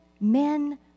men